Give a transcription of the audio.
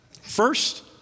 First